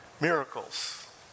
Miracles